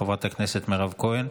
חברת הכנסת מירב כהן,